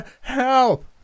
Help